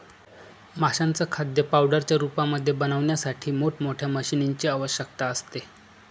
माशांचं खाद्य पावडरच्या रूपामध्ये बनवण्यासाठी मोठ मोठ्या मशीनीं ची आवश्यकता असते